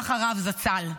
כך הרב זצ"ל.